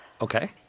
Okay